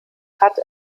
hat